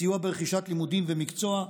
סיוע ברכישת לימודים ומקצוע,